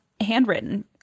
handwritten